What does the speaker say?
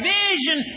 vision